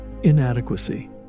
inadequacy